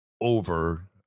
over